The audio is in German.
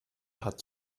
hat